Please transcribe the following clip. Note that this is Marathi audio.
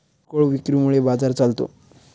किरकोळ विक्री मुळे बाजार चालतो